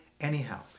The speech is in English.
anyhow